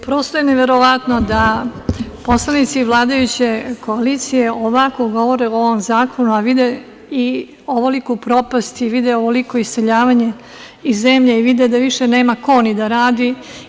Prosto je neverovatno da poslanici vladajuće koalicije ovako govore o ovom zakonu, a vide i ovoliku propast i vide ovoliko iseljavanje iz zemlje i vide da više nema ko ni da radi.